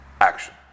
action